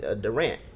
Durant